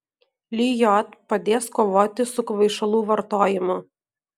lijot padės kovoti su kvaišalų vartojimu